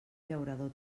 llaurador